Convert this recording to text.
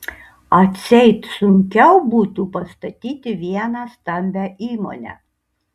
atseit sunkiau būtų pastatyti vieną stambią įmonę